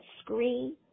screen